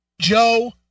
joe